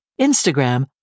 Instagram